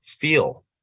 feel